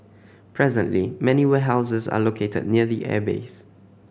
presently many warehouses are located near the airbase